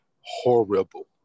horrible